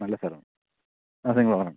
നല്ല സ്ഥലമാണ്